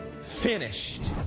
finished